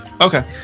Okay